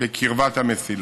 בקרבת המסילות.